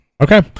okay